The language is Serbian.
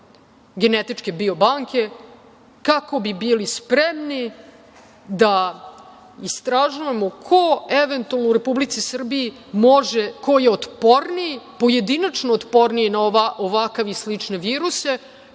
genetičke biobanke kako bi bili spremni da istražujemo ko eventualno u Republici Srbiji može, ko je pojedinačno otporniji na ovakav i slične viruse,